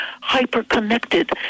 hyper-connected